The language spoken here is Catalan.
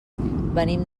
venim